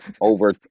over